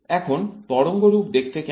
এখন তরঙ্গরূপ দেখতে কেমন